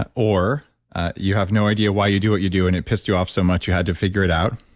ah or you have no idea why you do what you do and it pissed you off so much, you had to figure it out,